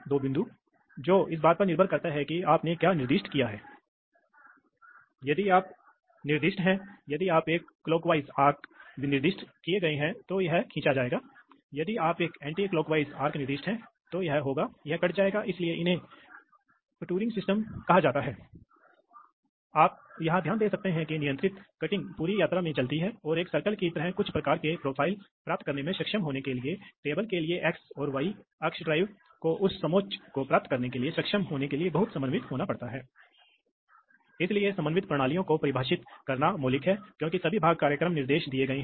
इसलिए इसलिए हम अक्सर बहुत बार हमारे पास इलेक्ट्रोमेकेनिकल एक्ट्यूएटर्स होते हैं इसलिए इलेक्ट्रोमैग्नेटिक एक्ट्यूएटर इसलिए मूल रूप से यह इलेक्ट्रोमैग्नेटिक आकर्षण द्वारा काम करता है एक स्थायी चुंबक और इलेक्ट्रोमैग्नेट के बीच इसलिए यहां तक कि अगर आप ड्राइव करते हैं या कभी कभी इलेक्ट्रोमैग्नेट और एक लोहे के स्पूल के बीच दोनों ही संभव है इसलिए विभिन्न ज्यामिति हो सकते हैं एक्ट्यूएटर रोटरी या रैखिक हो सकते हैं और आमतौर पर विशिष्टताओं में शुरुआती बल स्ट्रोक की लंबाई यह कितना चल सकता है और करंट आवश्यकता शामिल होती है